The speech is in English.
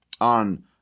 on